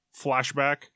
flashback